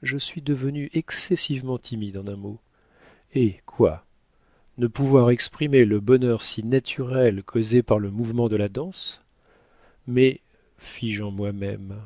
je suis devenue excessivement timide en un moment eh quoi ne pouvoir exprimer le bonheur si naturel causé par le mouvement de la danse mais fis-je en moi-même